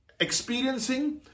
experiencing